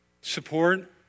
support